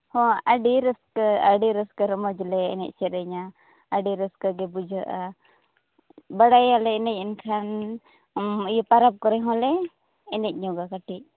ᱦᱚᱸ ᱟᱹᱰᱤ ᱨᱟᱹᱥᱠᱟᱹ ᱟᱹᱰᱤ ᱨᱟᱹᱥᱠᱟᱹ ᱨᱚᱢᱚᱡᱽ ᱞᱮ ᱮᱱᱮᱡ ᱥᱮᱨᱮᱧᱟ ᱟᱹᱰᱤ ᱨᱟᱹᱥᱠᱟᱹ ᱜᱮ ᱵᱩᱡᱷᱟᱹᱜᱼᱟ ᱵᱟᱲᱟᱭᱟᱞᱮ ᱮᱱᱮᱡ ᱮᱱᱠᱷᱟᱱ ᱤᱭᱟᱹ ᱯᱟᱨᱟᱵᱽ ᱠᱚᱨᱮ ᱦᱚᱸᱞᱮ ᱮᱱᱮᱡ ᱧᱚᱜᱟ ᱠᱟᱹᱴᱤᱡ